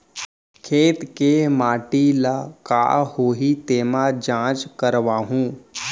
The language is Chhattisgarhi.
खेत के माटी ल का होही तेमा जाँच करवाहूँ?